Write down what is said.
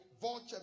vulture